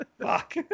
fuck